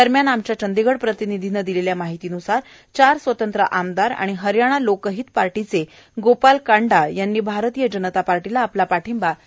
दरम्यान आमच्या चंदीगढ प्रतिनिधीनं दिलेल्या माहितीन्सार चार स्वतंत्र आमदार आणि हरयाणा लोकहित पार्टीचे गोपाल कांडा यांनी भारतीय जनता पार्टीला आपला पाठिंबा जाहीर केला आहे